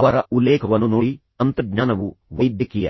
ಅವರ ಉಲ್ಲೇಖವನ್ನು ನೋಡಿ ತಂತ್ರಜ್ಞಾನವು ವೈದ್ಯಕೀಯ